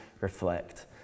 reflect